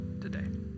today